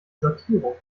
sortierung